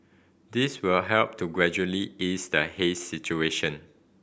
this will help to gradually ease the haze situation